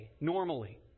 normally